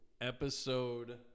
Episode